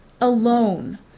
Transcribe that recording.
alone